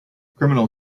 criminal